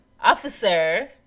officer